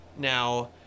Now